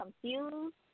confused